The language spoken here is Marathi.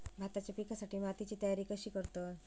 भाताच्या पिकासाठी मातीची तयारी कशी करतत?